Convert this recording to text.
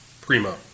primo